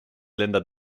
länder